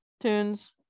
tunes